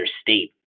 state